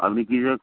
আপনি কিসের